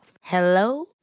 Hello